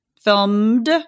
filmed